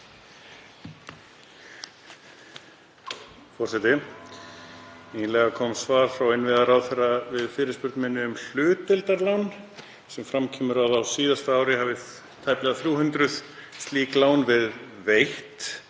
Forseti. Nýlega kom svar frá innviðaráðherra við fyrirspurn minni um hlutdeildarlán þar sem fram kemur að á síðasta ári hafi tæplega 300 slík lán verið veitt,